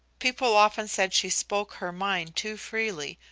people often said she spoke her mind too freely,